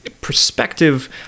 perspective